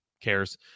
cares